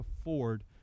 afford